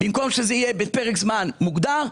במקום שזה יהיה בפרק זמן מוגדר,